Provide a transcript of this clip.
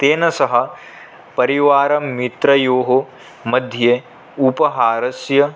तेन सह परिवारमित्रयोः मध्ये उपहारस्य